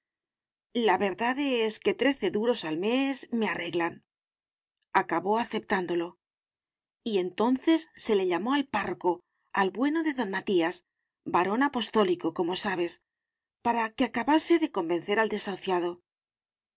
la verdad es que trece duros al mes me arreglan acabó aceptándolo y entonces se le llamó al párroco al bueno de don matías varón apostólico como sabes para que acabase de convencer al